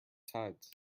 tides